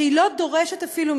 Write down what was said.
הן לא דורשות אפילו,